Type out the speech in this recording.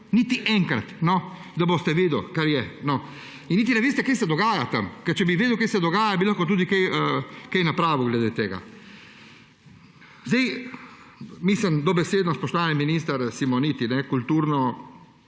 niti enkrat. No, da boste vedeli, kar je. In niti ne veste, kaj se dogaja tam. Ker če bi vedeli, kaj se dogaja, bi lahko tudi kaj napravili glede tega. Dobesedno, spoštovani minister Simoniti, kultura,